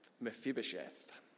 Mephibosheth